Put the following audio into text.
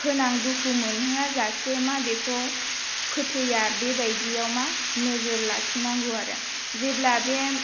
फोनां दुखु मोनहोआजासे मा बेखौ फोथैया बेबायदियाव मा नोजोर लाखिनांगौ आरो जेब्ला बे